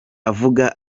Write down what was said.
avuga